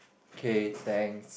okay thanks